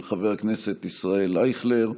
של חבר הכנסת ישראל אייכלר,